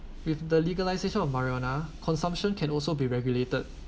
with the legalization of marijuana consumption can also be regulated